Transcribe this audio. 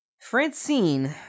Francine